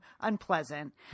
unpleasant